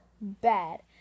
bad